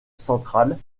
centrale